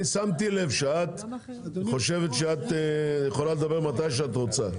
שמתי לב שאת חושבת שאת יכולה לדבר מתי שאת רוצה.